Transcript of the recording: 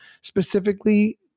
specifically